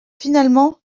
finalement